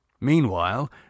Meanwhile